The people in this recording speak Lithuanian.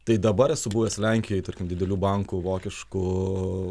tai dabar esu buvęs lenkijoj tarkim didelių bankų vokiškų